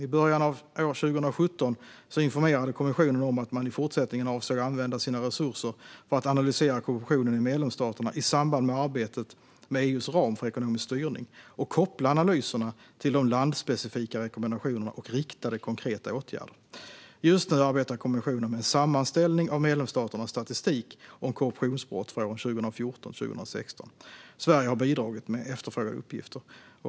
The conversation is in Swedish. I början av år 2017 informerade kommissionen om att man i fortsättningen avsåg att använda sina resurser för att analysera korruptionen i medlemsstaterna i samband med arbetet med EU:s ram för ekonomisk styrning och koppla analyserna till de landsspecifika rekommendationerna och riktade konkreta åtgärder. Just nu arbetar kommissionen med en sammanställning av medlemsstaternas statistik om korruptionsbrott för åren 2014 till 2016. Sverige har bidragit med efterfrågade uppgifter.